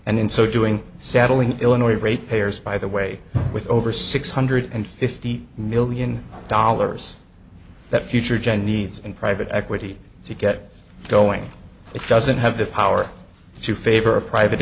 in so doing saddling illinois ratepayers by the way with over six hundred fifty million dollars that future gen needs and private equity to get going it doesn't have the power to favor a private